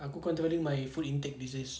aku controlling my food intake these days